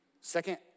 second